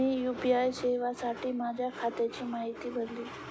मी UPI सेवेसाठी माझ्या खात्याची माहिती भरली